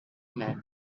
man